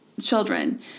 children